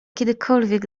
kiedykolwiek